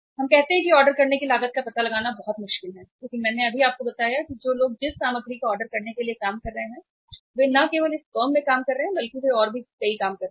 हम कहते हैं कि ऑर्डर करने की लागत का पता लगाना बहुत मुश्किल है क्योंकि मैंने अभी आपको बताया है कि जो लोग जिस सामग्री को ऑर्डर करने के लिए काम कर रहे हैं वे न केवल इस फर्म में काम कर रहे हैं बल्कि वे और भी कई काम कर रहे हैं